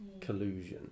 collusion